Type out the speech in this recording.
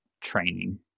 training